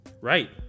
Right